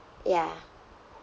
ya